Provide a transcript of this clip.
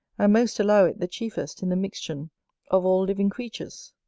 and most allow it the chiefest in the mixtion of all living creatures.